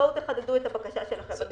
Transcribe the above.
תחדדו את הבקשה שלכם.